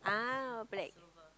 ah black